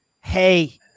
hey